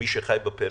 כמי שחי בפריפריה,